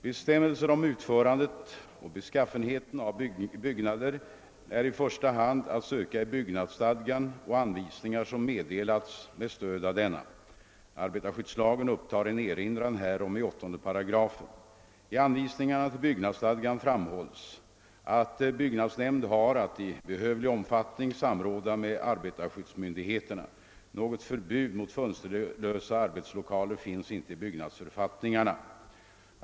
Bestämmelser om utförandet och beskaffenheten av byggnader är i första hand att söka i byggnadsstadgan och anvisningar som meddelats med stöd av denna. Arbetarskyddslagen upptar en erinran härom i 8§. I anvisningarna till byggnadsstadgan framhålls att byggnadsnämnd har att i behövlig omfattning samråda med arbetarskyddsmyndigheterna. Något förbud mot fönsterlösa arbetslokaler finns inte i byggnadsförfattningarna.